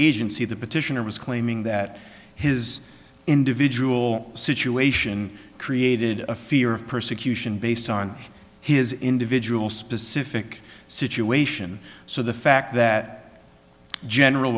agency the petitioner was claiming that his individual situation created a fear of persecution based on his individual specific situation so the fact that general